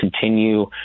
continue